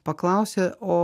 paklausė o